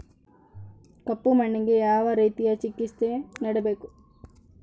ಕಪ್ಪು ಮಣ್ಣಿಗೆ ಯಾವ ರೇತಿಯ ಚಿಕಿತ್ಸೆ ನೇಡಬೇಕು?